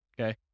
Okay